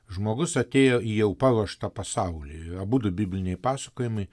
žmogus atėjo į jau paruoštą pasaulį abudu bibliniai pasakojimai